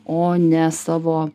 o ne savo